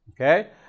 Okay